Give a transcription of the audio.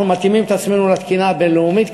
אנחנו מתאימים את עצמנו לתקינה הבין-לאומית,